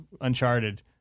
Uncharted